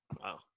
Wow